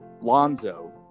Lonzo